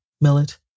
millet